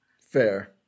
Fair